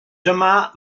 dyma